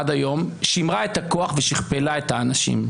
עד היום שימרה את הכוח ושכפלה את האנשים.